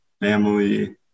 family